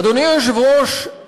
אדוני היושב-ראש,